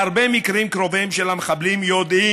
בהרבה מקרים קרוביהם של המחבלים יודעים